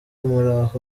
muraho